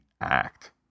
act